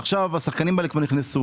עכשיו השחקנים האלה כבר נכנסו,